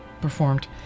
performed